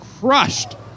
Crushed